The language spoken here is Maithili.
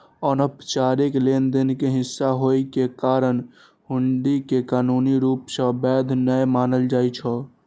अनौपचारिक लेनदेन के हिस्सा होइ के कारण हुंडी कें कानूनी रूप सं वैध नै मानल जाइ छै